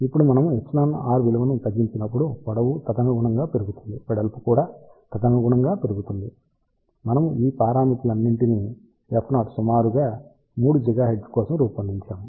ఇప్పుడు మనము εr విలువను తగ్గించినప్పుడు పొడవు తదనుగుణంగా పెరుగుతుంది వెడల్పు కూడా తదనుగుణంగా పెరుగుతుంది మనము ఈ పారామితులన్నింటినీ f0 సుమారు గా 3 GHz కోసం రూపొందించాము